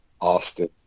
Austin